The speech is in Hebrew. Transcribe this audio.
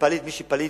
שמי שהוא פליט,